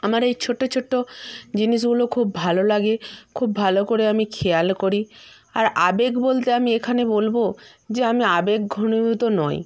আমার এই ছোটো ছোটো জিনিসগুলো খুব ভালো লাগে খুব ভালো করে আমি খেয়াল করি আর আবেগ বলতে আমি এখানে বলবো যে আমি আবেগ ঘনীভূত নয়